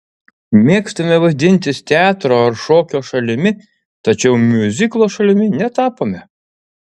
mėgstame vadintis teatro ar šokio šalimi tačiau miuziklo šalimi netapome